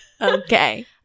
Okay